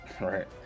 Right